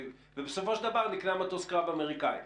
בסופו של דבר נקנה מטוס קרב אמריקאי,